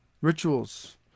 rituals